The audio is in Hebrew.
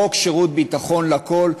חוק שירות ביטחון לכול,